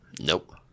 Nope